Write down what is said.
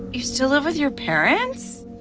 you still live with your parents?